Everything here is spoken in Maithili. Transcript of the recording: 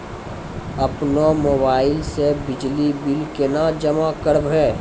अपनो मोबाइल से बिजली बिल केना जमा करभै?